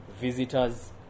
visitors